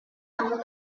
avoid